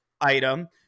item